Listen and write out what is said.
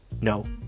No